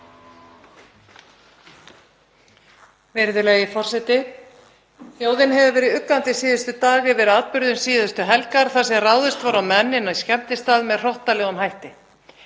Virðulegi forseti. Þjóðin hefur verið uggandi síðustu daga yfir atburðum síðustu helgar þar sem ráðist var á menn inni á skemmtistað með hrottalegum hætti.